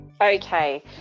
Okay